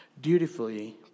dutifully